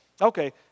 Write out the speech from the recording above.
Okay